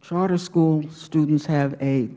charter school students have a